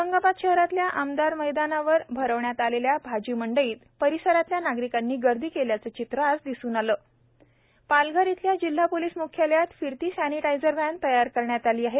औरणाबाद शहरातल्या आमखास मैदानावर भरवण्यात आलेल्या भाजी मष्ठईत परिसरातल्या नागरिकाद्वी गर्दी केल्याच चित्र आज दिसून आल पालघर इथल्या जिल्हा पोलीस म्ख्यालयात फिरती सनिटायझर व्हब्र तयार करण्यात आली आहे